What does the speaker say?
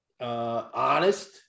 honest